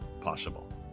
possible